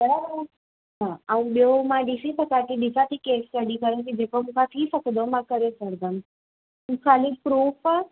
बराबरि आहे हा ऐं ॿियो मां ॾिसी सघां थी ॾिसां थी केस स्टडी करे जेको बि मूंखा थी सघंदो मां करे छॾिंदमि तूं ख़ाली प्रूफ